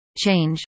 Change